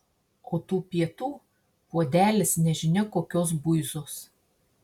o tų pietų puodelis nežinia kokios buizos